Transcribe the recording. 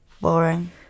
Boring